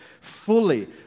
fully